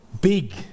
big